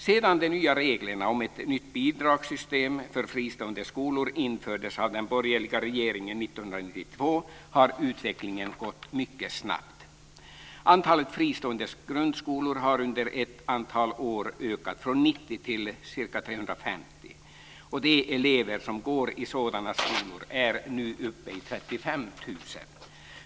Sedan de nya reglerna om ett nytt bidragssystem för fristående skolor infördes av den borgerliga regeringen 1992 har utvecklingen gått mycket snabbt. Antalet fristående grundskolor har under ett antal år ökat från 90 till ca 350. De elever som går i sådana skolor är nu uppe i 35 000.